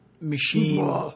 machine